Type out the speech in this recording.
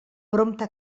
prompte